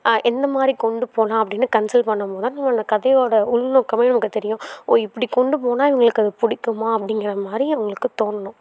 எந்தமாதிரி கொண்டு போகலாம் அப்படின்னு கன்சல் பண்ணும்போதுதான் அந்த கதையோட உள்நோக்கமே நமக்கு தெரியும் ஓ இப்படி கொண்டு போனால் இவங்களுக்கு அது பிடிக்குமா அப்படிங்குறமாரி அவங்களுக்கு தோணணும்